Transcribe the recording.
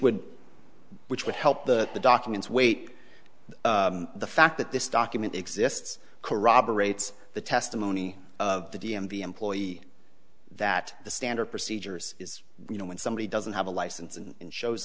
would which would help that the documents weight the fact that this document exists corroborates the testimony of the d m v employee that the standard procedures is you know when somebody doesn't have a license and shows